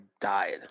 died